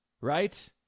right